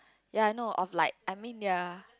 ya I know of like I mean ya